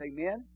Amen